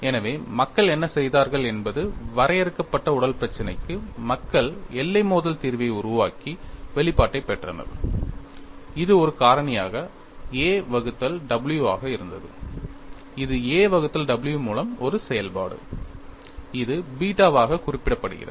எனவே மக்கள் என்ன செய்தார்கள் என்பது வரையறுக்கப்பட்ட உடல் பிரச்சினைக்கு மக்கள் எல்லை மோதல் தீர்வை உருவாக்கி வெளிப்பாட்டைப் பெற்றனர் இது ஒரு காரணியாக a வகுத்தல் w ஆக இருந்தது இது a வகுத்தல் w மூலம் ஒரு செயல்பாடு இது பீட்டா வாக குறிப்பிடப்படுகிறது